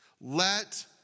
Let